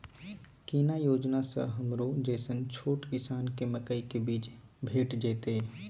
केना योजना स हमरो जैसन छोट किसान के मकई के बीज भेट जेतै?